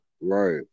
right